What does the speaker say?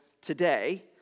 today